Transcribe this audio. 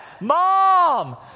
mom